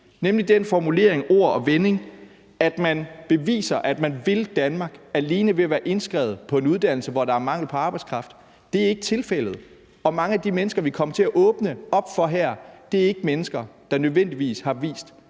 den formulering, det ord og den vending, at man beviser, at man vil Danmark alene ved at være indskrevet på en uddannelse, hvor der er mangel på arbejdskraft. Det er ikke tilfældet. Og mange af de mennesker, vi kommer til at åbne op for her, er ikke mennesker, der nødvendigvis har vist,